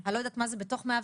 אני לא יודעת מה זה בתוך 101,